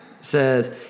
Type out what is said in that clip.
says